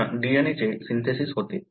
पुन्हा DNA चे synthesis होते